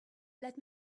let